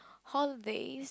holidays